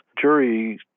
jury